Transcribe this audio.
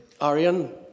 Arian